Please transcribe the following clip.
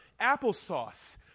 applesauce